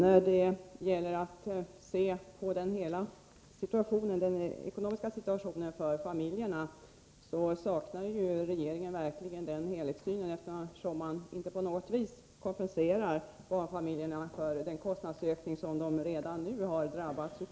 Fru talman! Monica Andersson säger att man skall se på hela den ekonomiska situationen för familjerna. Regeringen saknar verkligen den helhetssynen, eftersom den inte på något vis kompenserar barnfamiljerna för den kostnadsökning som de redan har drabbats av.